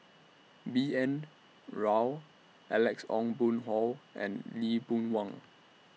B N Rao Alex Ong Boon Hau and Lee Boon Wang